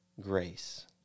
grace